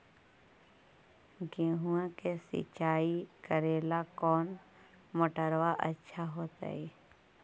गेहुआ के सिंचाई करेला कौन मोटरबा अच्छा होतई?